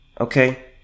okay